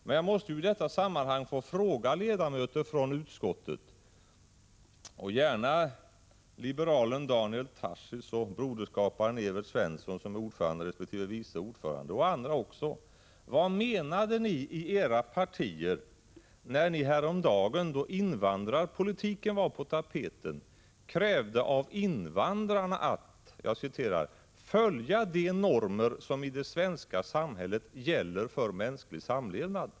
Men jag måste i detta sammanhang få fråga ledamöter i utskottet, gärna liberalen Daniel Tarschys och broderskaparen Evert Svensson, som är ordförande resp. vice ordförande, och andra också: Vad menade ni i era partier, när ni häromdagen, då invandrarpolitiken var på tapeten, krävde av invandrarna att ”följa de normer som i det svenska samhället gäller för mänsklig samlevnad”?